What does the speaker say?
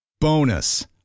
Bonus